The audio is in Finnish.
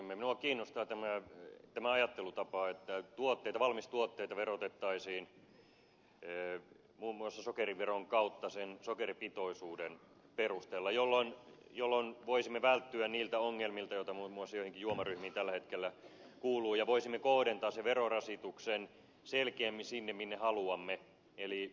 minua kiinnostaa tämä ajattelutapa että valmistuotteita verotettaisiin muun muassa sokeriveron kautta sen sokeripitoisuuden perusteella jolloin voisimme välttyä niiltä ongelmilta joita muun muassa joihinkin juomaryhmiin tällä hetkellä kuuluu ja voisimme kohdentaa sen verorasituksen selkeämmin sinne minne haluamme eli sokeriin